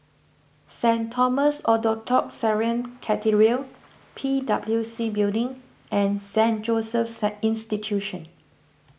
Saint Thomas Orthodox Syrian Cathedral P W C Building and Saint Joseph's saint Institution